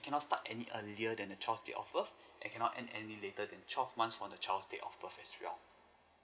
it cannot start any earlier than the child's date of birth and cannot end any later than twelve month from the child date of birth as well